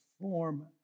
form